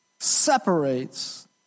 separates